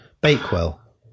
Bakewell